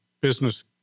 business